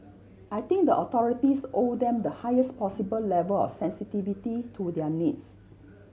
I think the authorities owe them the highest possible level of sensitivity to their needs